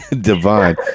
Divine